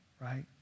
right